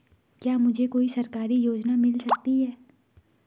क्या मुझे कोई सरकारी योजना मिल सकती है?